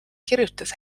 kirjutas